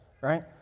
right